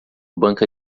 banca